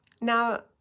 Now